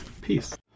Peace